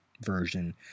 version